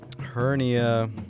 hernia